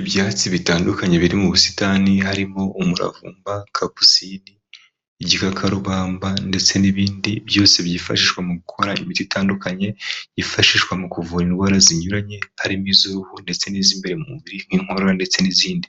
Ibyatsi bitandukanye biri mu busitani harimo umuravumba, kapusine, igikakarubamba ndetse n'ibindi byose byifashishwa mu gukora imiti itandukanye, yifashishwa mu kuvura indwara zinyuranye, harimo iz'uruhu ndetse n'iz'imbere mu mubiri nk'inkoro ndetse n'izindi,